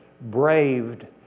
braved